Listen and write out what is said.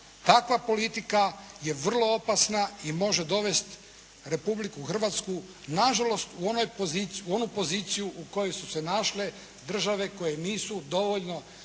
takva politika je vrlo opasna i može dovesti Republiku Hrvatsku na žalost u onu poziciju u kojoj su se našle države koje nisu dovoljno